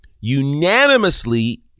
unanimously